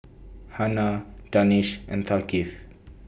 Hana Danish and Thaqif